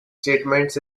statements